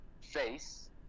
face